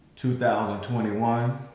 2021